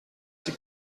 sie